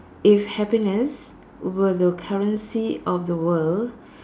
if happiness were the currency of the world